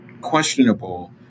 questionable